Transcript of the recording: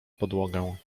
podłogę